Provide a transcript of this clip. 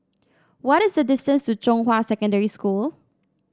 what is the distance to Zhonghua Secondary School